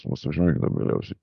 mus užmigdo galiausiai